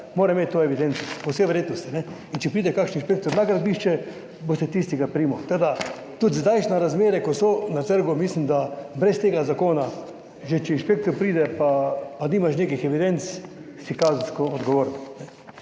mora imeti to evidenco, po vsej verjetnosti in če pride kakšen inšpektor na gradbišče, boste tistega prijeli. Tako, da tudi zdajšnje razmere, ko so na trgu, mislim, da brez tega zakona že, če inšpektor pride, pa, pa nimaš nekih evidenc, si kazensko odgovoren.